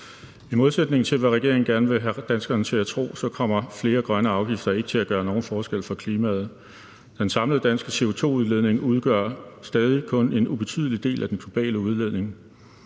I modsætning til, hvad regeringen gerne vil have danskerne til at tro, kommer flere grønne afgifter ikke til at gøre nogen forskel for klimaet. Den samlede danske CO2-udledning udgør stadig kun en ubetydelig del af den globale udledning.